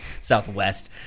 southwest